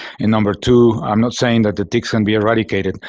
and number two, i'm not saying that the ticks can be eradicated.